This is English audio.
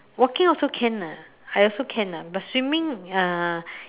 walking also can lah I also can lah but swimming uh